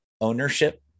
ownership